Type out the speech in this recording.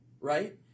Right